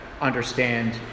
understand